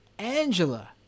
Angela